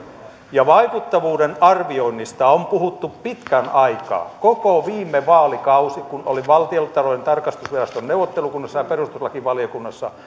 vaikuttavuuden arvioinnista on puhuttu pitkän aikaa koko viime vaalikausi kun olin valtiontalouden tarkastusviraston neuvottelukunnassa ja perustuslakivaliokunnassa